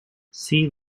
sea